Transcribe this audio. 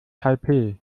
taipeh